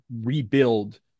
rebuild